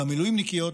ובמילואימניקיות,